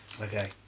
Okay